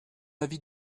avis